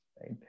right